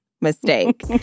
mistake